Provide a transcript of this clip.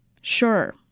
Sure